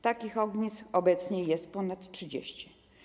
Takich ognisk obecnie jest ponad 30.